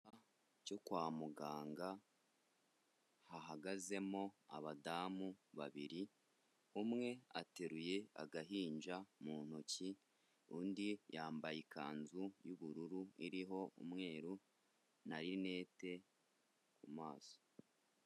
Icyumba cyo kwa muganga, hahagazemo abadamu babiri, umwe ateruye agahinja mu ntoki, undi yambaye ikanzu y'ubururu iriho umweru na rinete ku maso.